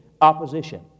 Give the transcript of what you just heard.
opposition